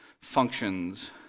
functions